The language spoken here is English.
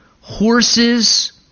horses